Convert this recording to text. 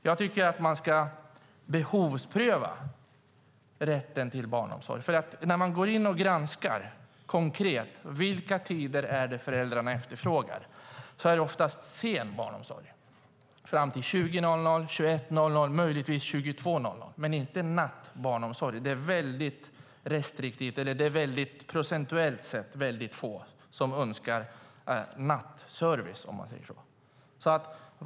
Jag tycker att man ska behovspröva rätten till barnomsorg, för när man går in och granskar konkret vilka tider det är som föräldrarna efterfrågar kan man notera att det oftast är sen barnomsorg fram till kl. 20.00, 21.00 eller möjligtvis 22.00, men inte nattbarnomsorg. Det är procentuellt sett väldigt få som önskar nattservice om man säger så.